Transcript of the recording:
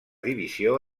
divisió